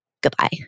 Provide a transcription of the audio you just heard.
goodbye